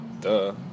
Duh